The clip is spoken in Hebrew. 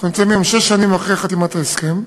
אנחנו נמצאים היום שש שנים אחרי חתימת ההסכם.